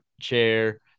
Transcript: chair